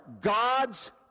God's